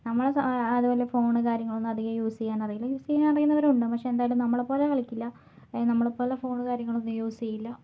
നമ്മളെ അതേപോലെ ഫോൺ കാര്യങ്ങളൊന്നും അധികം യൂസ് ചെയ്യാൻ അറിയില്ല യൂസ് ചെയ്യാൻ അറിയുന്നവരും ഉണ്ടാകും പക്ഷെ എന്തായാലും നമ്മളെ പോലെ കളിക്കില്ല നമ്മളെപ്പോലെ ഫോൺ കാര്യങ്ങളൊന്നും യൂസ് ചെയ്യില്ല